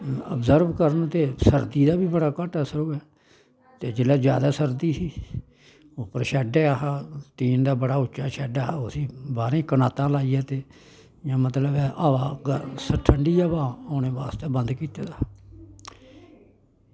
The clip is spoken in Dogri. अवज़र्ब करन ते सर्दी दा बी बड़ा घट्ट असर होऐ ते जिसलै जैदा सर्दी ही उप्पर शैड्ड ऐ हा टीन दा बड़ा उच्चा शैड्ड हा उस्सी बाह्रें कनातां लाइयै ते इ'यां मतलब ऐ हवा गर्म ठंडी हवा औनै बास्तै बंद कीते दा